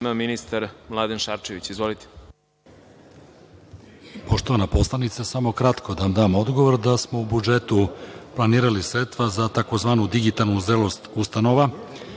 ministar Mladen Šarčević. Izvolite.